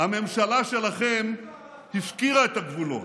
הממשלה שלכם הפקירה את הגבולות.